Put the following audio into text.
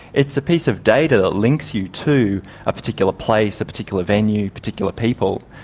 it's a piece of data that links you to a particular place, a particular venue, particular people.